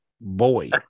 boy